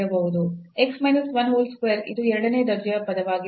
x minus 1 whole square ಇದು ಎರಡನೇ ದರ್ಜೆಯ ಪದವಾಗಿದೆ